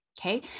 okay